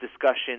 discussion